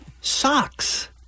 Socks